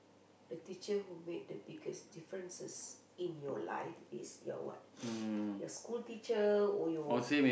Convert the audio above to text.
the teacher who made the biggest differences in your life is your what your school teacher or your